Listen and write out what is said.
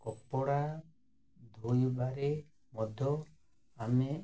କପଡ଼ା ଧୋଇବାରେ ମଧ୍ୟ ଆମେ